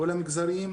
כל המגזרים,